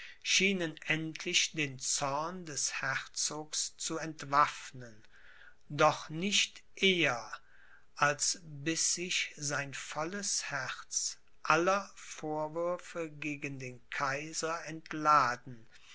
schienen endlich den zorn des herzogs zu entwaffnen doch nicht eher als bis sich sein volles herz aller vorwürfe gegen den kaiser entladen